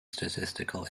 statistical